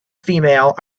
female